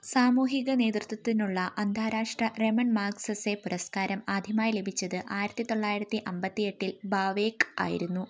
സാമൂഹിക നേതൃത്വത്തിനുള്ള അന്താരാഷ്ട്ര രമൺ മാഗ്സസെ പുരസ്കാരം ആദ്യമായി ലഭിച്ചത് ആയിരത്തിത്തൊള്ളായിരത്തി അൻപത്തി എട്ടിൽ ഭാവേക്ക് ആയിരുന്നു